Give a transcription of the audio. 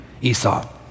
Esau